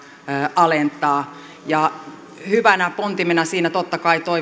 alentaa hyvänä pontimena siinä totta kai